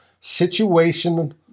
Situation